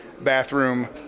bathroom